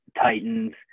Titans